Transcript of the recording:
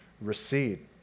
recede